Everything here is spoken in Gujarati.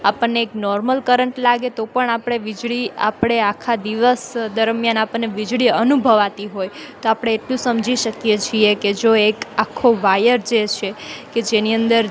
આપણને એક નોર્મલ કરંટ લાગે તો પણ આપણે વીજળી આપણે આખા દિવસ દરમ્યાન આપણને અનુભવાતી હોય તો આપણે એટલું સમજી શકીએ છીએ કે જો એક આખો વાયર જે છે કે જેની અંદર